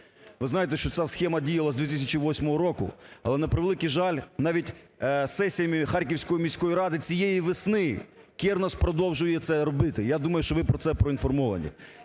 Ви знаєте, що ця схема діяла з 2008 року, але, на превеликий жаль, навіть сесіями Харківської міської ради цієї весни Кернес продовжує це робити, я думаю, що ви про це проінформовані.